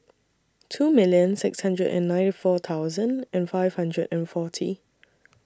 two million six hundred and ninety four thousand and five hundred and forty